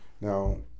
Now